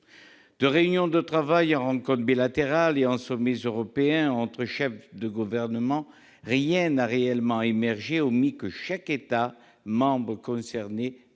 De réunions de travail en rencontres bilatérales et en sommets européens entre chefs de gouvernement, rien n'a réellement émergé, si ce n'est que chaque État membre concerné